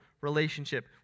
relationship